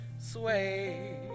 sway